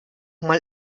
mal